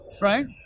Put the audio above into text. Right